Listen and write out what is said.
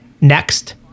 next